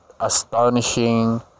astonishing